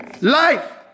Life